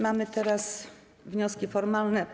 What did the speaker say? Mamy teraz wnioski formalne.